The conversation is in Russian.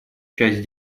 часть